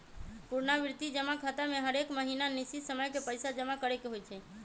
पुरनावृति जमा खता में हरेक महीन्ना निश्चित समय के पइसा जमा करेके होइ छै